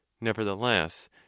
nevertheless